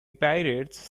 pirates